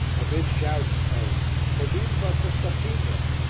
amid shouts of evviva costantino,